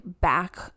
back